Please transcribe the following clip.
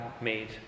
made